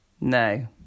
No